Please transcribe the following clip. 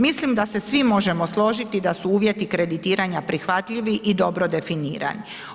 Mislim da se svi možemo složiti da su uvjeti kreditiranja prihvatljivi i dobro definirani.